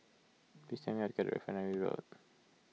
please get Refinery Road